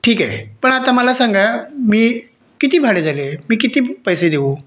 ठीक आहे पण आता मला सांगा मी किती भाडे झाले मी किती पैसे देऊ